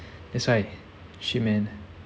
that's why shit man